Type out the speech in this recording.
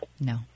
No